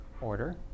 order